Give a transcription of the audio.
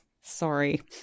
Sorry